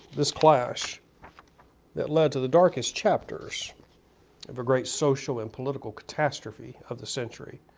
this clash that lead to the darkest chapters of a great social and political catastrophe of the century.